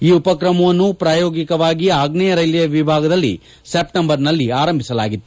ಈ ಉಪಕ್ರಮವನ್ನು ಪ್ರಾಯೋಗಿಕವಾಗಿ ಆಗ್ನೇಯ ರೈಲ್ವೆ ವಿಭಾಗದಲ್ಲಿ ಸೆಪ್ಟೆಂಬರ್ನಲ್ಲಿ ಆರಂಭಿಸಲಾಗಿತ್ತು